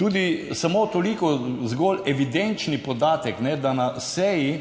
Tudi samo toliko, zgolj evidenčni podatek, da na seji